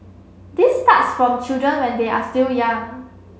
this starts from children when they are still young